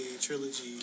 trilogy